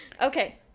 Okay